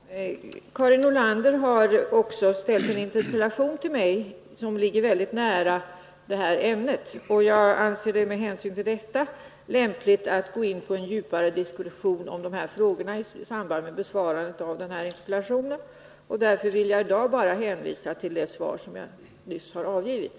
Herr talman! Karin Nordlander har också ställt en interpellation till mig som ligger väldigt nära detta ämne. Jag anser det med hänsyn till detta lämpligt att gå in på en djupare diskussion om de här frågorna i samband med besvarande av den interpellationen. Därför vill jag i dag bara hänvisa till det svar som jag nyss har avgivit.